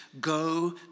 go